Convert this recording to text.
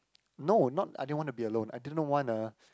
no not I didn't want to be alone I didn't want a